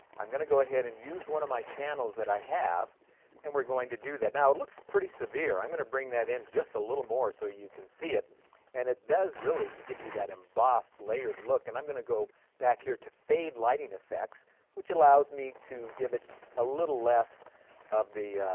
i'm going to go ahead and use one of my channels that i have and we're going to do that. now, it looks pretty severe. i'm going to bring that in just a little more so you can see it and it does really give you that embossed, layered look and i'm going to go back here to fade lighting effects which allows me to give it a little less of the